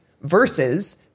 versus